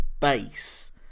base